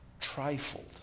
trifled